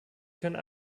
können